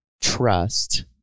trust